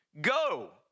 go